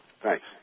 Thanks